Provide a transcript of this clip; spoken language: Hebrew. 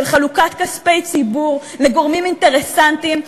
חלוקת כספי ציבור לגורמים אינטרסנטיים,